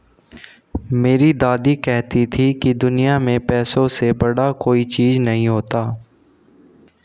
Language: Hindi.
मेरी दादी कहती थी कि दुनिया में पैसे से बड़ा कोई चीज नहीं होता